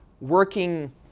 working